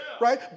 right